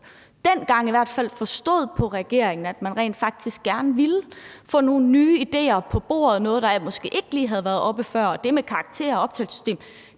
dengang forstod på regeringen at man rent faktisk gerne ville, altså få nogle nye idéer på bordet – noget, der måske ikke lige havde været oppe før. Og det med karakterer og optagelsessystem